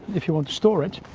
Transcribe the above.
if you want to store it,